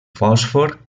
fòsfor